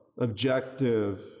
objective